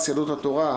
יהדות התורה,